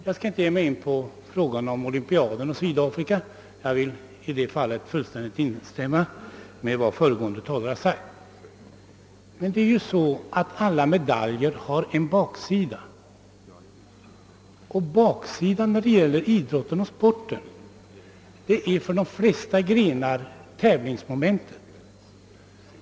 Jag skall inte ge mig in på frågan om olympiaden och Sydafrika — jag vill på den punkten fullständigt instämma i vad föregående talare sagt. Men alla medajer har ju en baksida. Baksidan när det gäller idrotten och sporten är för de flesta grenar tävlingsmomentet.